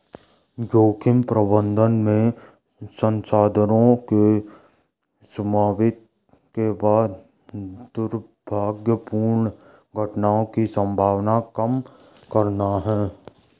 जोखिम प्रबंधन में संसाधनों के समन्वित के बाद दुर्भाग्यपूर्ण घटनाओं की संभावना कम करना है